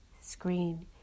screen